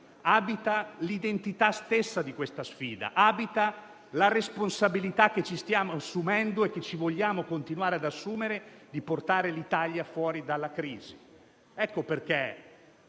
abita l'identità stessa di questa sfida, abita la responsabilità che ci stiamo assumendo e che ci vogliamo continuare ad assumere di portare l'Italia fuori dalla crisi. Lo ha